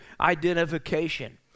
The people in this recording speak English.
identification